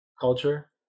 culture